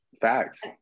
Facts